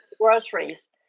Groceries